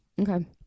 Okay